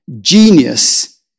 genius